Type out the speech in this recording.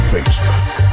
Facebook